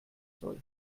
soll